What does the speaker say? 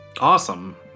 Awesome